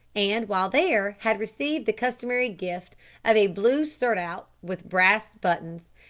and while there had received the customary gift of a blue surtout with brass buttons,